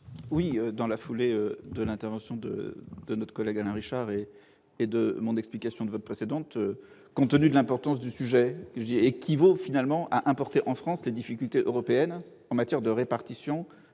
dans le droit fil de l'intervention de notre collègue Alain Richard et de mon explication de vote précédente. Eu égard à l'importance du sujet et qui conduit finalement à importer en France les difficultés européennes en matière de répartition